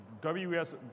WS